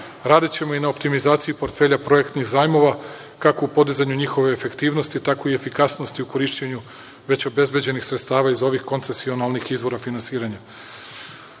rizici. Radićemo i na optimizaciji portfelja projektnih zajmova kako u podizanju njihove efektivnosti, tako i efikasnosti u korišćenju već obezbeđenih sredstava iz ovih koncensionalnih izvora finansiranja.